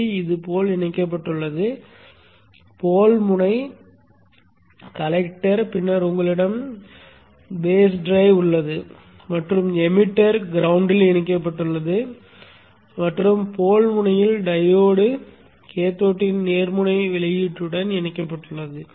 BJT இது போல் இணைக்கப்பட்டுள்ளது போல் முனை சேகரிப்பான் பின்னர் உங்களிடம் அடிப்படை இயக்கி உள்ளது மற்றும் உமிழ்ப்பான் கிரௌண்ட்ல் இணைக்கப்பட்டுள்ளது மற்றும் போல் முனையில் டையோடு கேத்தோடின் நேர்மின்முனை வெளியீடுடன் இணைக்கப்பட்டுள்ளது